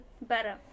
better